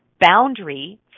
boundary